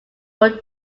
were